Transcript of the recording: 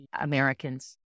Americans